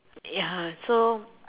ya so